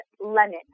lemon